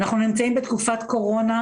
אנחנו נמצאים בתקופת קורונה,